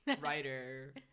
writer